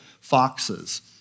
foxes